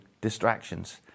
distractions